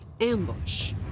ambush